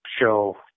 show